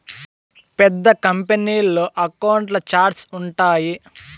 పెద్ద కంపెనీల్లో అకౌంట్ల ఛార్ట్స్ ఉంటాయి